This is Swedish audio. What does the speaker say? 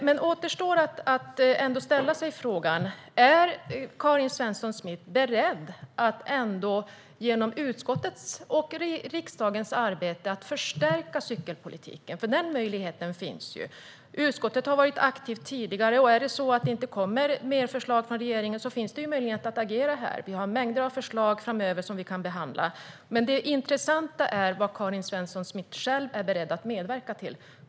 Det återstår att ställa frågan: Är Karin Svensson Smith beredd att genom utskottets och riksdagens arbete förstärka cykelpolitiken? Den möjligheten finns ju. Utskottet har varit aktivt tidigare, och om det inte kommer fler förslag från regeringen finns det möjlighet att agera här. Vi har mängder av förslag som vi kan behandla framöver. Men det intressanta är vad Karin Svensson Smith själv är beredd att medverka till.